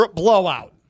blowout